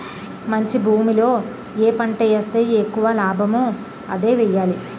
మంచి భూమిలో ఏ పంట ఏస్తే ఎక్కువ లాభమో అదే ఎయ్యాలి